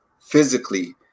physically